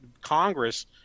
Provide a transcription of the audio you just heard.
Congress